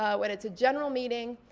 ah when it's a general meeting,